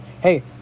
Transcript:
hey